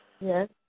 Yes